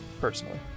personally